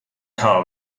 car